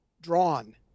drawn